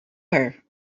her